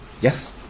Yes